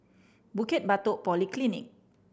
Bukit Batok Polyclinic